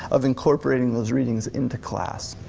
of incorporating those readings into class.